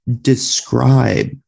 describe